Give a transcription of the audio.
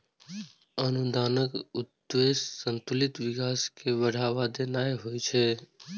अनुदानक उद्देश्य संतुलित विकास कें बढ़ावा देनाय होइ छै